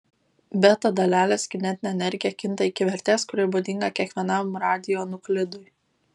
beta dalelės kinetinė energija kinta iki vertės kuri būdinga kiekvienam radionuklidui